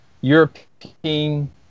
European